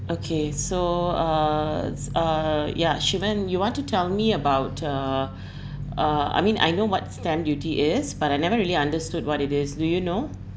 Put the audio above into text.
okay so uh uh ya shevan you want to tell me about uh uh I mean I know what stamp duty is but I never really understood what it is do you know